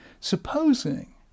Supposing